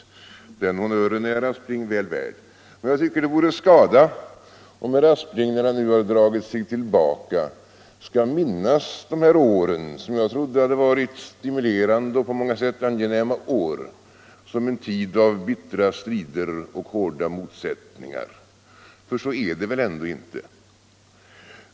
Den honnören är herr ASspling väl värd. Men jag tycker det vore skada om herr Aspling, när han nu dragit sig tillbaka, skall minnas dessa år - som jag trodde varit stimulerande och angenäma år — som en tid av bittra strider och hårda motsättningar. Så är det väl ändå inte.